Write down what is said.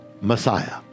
Messiah